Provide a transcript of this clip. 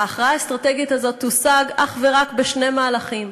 ההכרעה האסטרטגית הזאת תושג אך ורק בשני מהלכים.